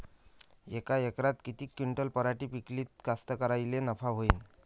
यका एकरात किती क्विंटल पराटी पिकली त कास्तकाराइले नफा होईन?